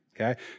Okay